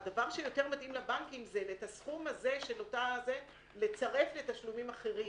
הדבר שיותר מתאים לבנקים הוא את הסכום הזה לצרף לתשלומים אחרים